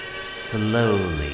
slowly